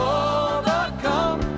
overcome